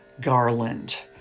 Garland